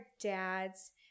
dads